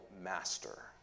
master